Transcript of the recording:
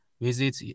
visit